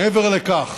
מעבר לכך